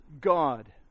God